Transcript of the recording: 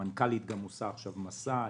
המנכ"לית גם עושה עכשיו מסע.